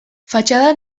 fatxada